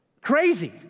Crazy